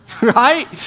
Right